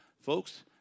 Folks